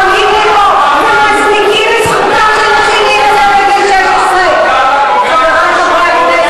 עומדים לי פה ומצדיקים את זכותן של נשים להינשא בגיל 12. למה את פוגעת?